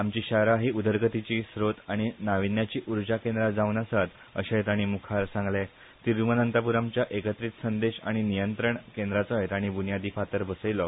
आमची शारा ही उदरगतीची स्त्रोत आनी नाविन्याची उर्जा केंद्रा जावन आसात अशेंय ताणी मुखार सांगले थिरूवनंतपूरमच्या एकत्रित संदेश आनी नियंत्रण केंद्राचोय ताणी ब्न्यादी फातर घालो